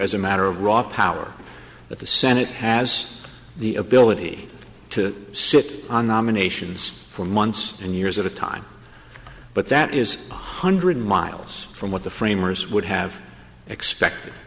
as a matter of raw power that the senate has the ability to sit on nominations for months and years at a time but that is one hundred miles from what the framers would have expected